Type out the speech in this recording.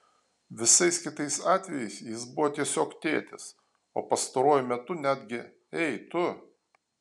visais kitais atvejais jis buvo tiesiog tėtis o pastaruoju metu netgi ei tu